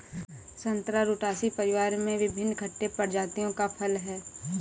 संतरा रुटासी परिवार में विभिन्न खट्टे प्रजातियों का फल है